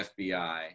FBI